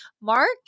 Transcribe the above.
Mark